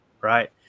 Right